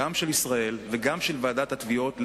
גם של ישראל וגם של ועידת התביעות,